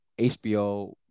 HBO